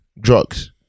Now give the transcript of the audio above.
Drugs